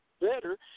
better